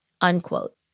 unquote